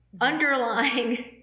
underlying